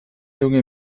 junge